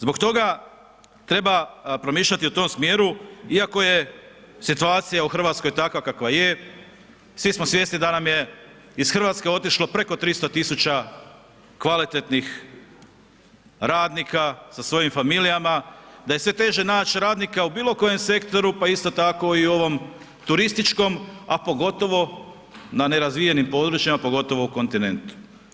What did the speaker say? Zbog toga treba promišljati u tom smjeru iako je situacija u RH takva kakva je, svi smo svjesni da nam je iz RH otišlo preko 300 000 kvalitetnih radnika sa svojim familijama, da je sve teže nać radnika u bilo kojem sektoru, pa isto tako i u ovom turističkom, a pogotovo na nerazvijenim područjima, pogotovo u kontinentu.